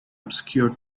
obscure